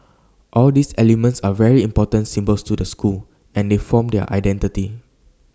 all these elements are very important symbols to the school and they form their identity